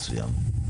מסוים.